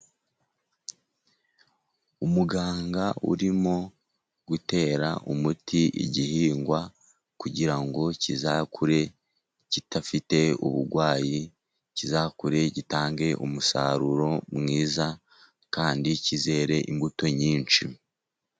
Umuganga urimo gutera umuti igihingwa kugirango kizakure kidafite uburwayi, kizakure gitange umusaruro mwiza kandi cyizere imbuto nyinshi.